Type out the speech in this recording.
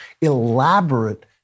elaborate